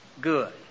good